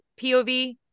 POV